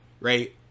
right